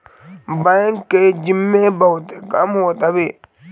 bank के जिम्मे बहुते काम होत हवे